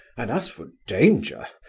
and as for danger,